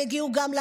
הם הגיעו גם,